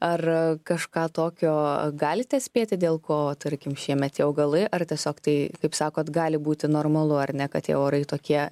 ar kažką tokio galite spėti dėl ko tarkim šiemet tie augalai ar tiesiog tai kaip sakot gali būti normalu ar ne kad tie orai tokie